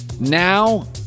now